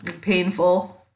painful